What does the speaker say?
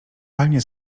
panie